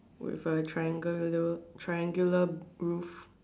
with a triangular triangular roof